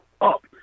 up